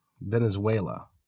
Venezuela